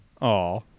Aw